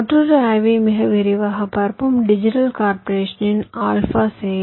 மற்றொரு ஆய்வை மிக விரைவாகப் பார்ப்போம் டிஜிட்டல் கார்ப்பரேஷனின் digital corporation's ஆல்பா 21264 செயலி